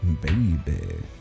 Baby